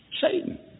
Satan